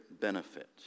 benefit